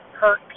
Hurt